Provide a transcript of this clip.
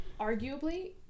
arguably